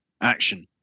action